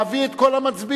להביא את כל המצביעים,